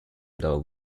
medal